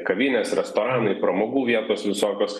kavinės restoranai pramogų vietos visokios